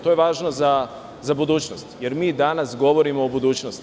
To je važno za budućnost, jer mi danas govorimo o budućnosti.